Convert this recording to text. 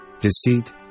deceit